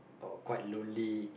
or quite lonely